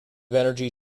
energy